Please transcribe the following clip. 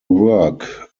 work